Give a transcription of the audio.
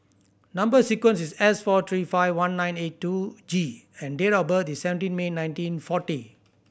number sequence is S four three five one nine eight two G and date of birth is seventeen May nineteen forty